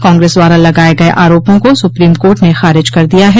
कांग्रेस द्वारा लगाये गये आरोपों को सुप्रीम कोर्ट ने खारिज कर दिया है